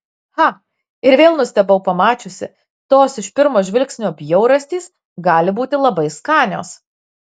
cha ir vėl nustebau pamačiusi tos iš pirmo žvilgsnio bjaurastys gali būti labai skanios